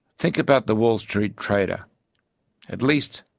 think about the wall street trader at least,